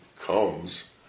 comes